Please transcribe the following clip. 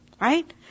Right